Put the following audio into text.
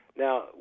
Now